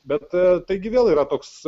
bet taigi vėl yra toks